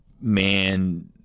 man